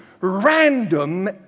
random